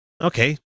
okay